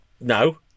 No